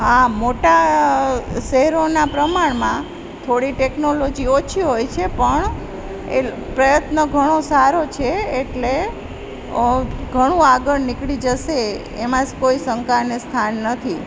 આ મોટા શહેરોના પ્રમાણમાં થોડી ટેકનોલોજી ઓછી હોય છે પણ એ પ્રયત્ન ઘણો સારો છે એટલે ઘણું આગળ નીકળી જશે એમાં કોઈ શંકાને સ્થાન નથી